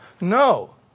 No